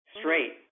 straight